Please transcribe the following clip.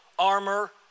Armor